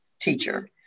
teacher